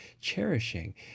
cherishing